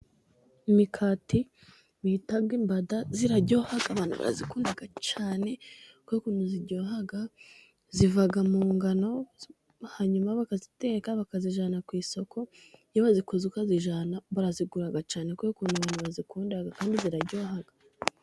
Imikati bita imbada ziraryoha abantu barazikunda cyane kubera ukuntu ziryoha, ziva mu ngano hanyuma bakaziteka bakazijyana ku isoko. Iyo wazikoze ukazijyana barazigura cyane kubera ukuntu abantu bazikunda . Kandi ziraryoha.